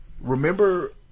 remember